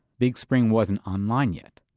big spring wasn't online yet.